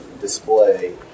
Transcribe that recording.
display